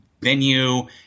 venue